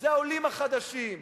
זה העולים החדשים,